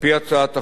על-פי הצעת החוק,